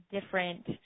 different